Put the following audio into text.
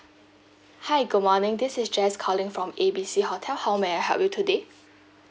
hi good morning this is jess calling from A B C hotel how may I help you today